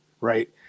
right